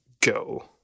go